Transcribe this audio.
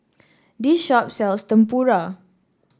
this shop sells Tempura